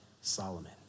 Solomon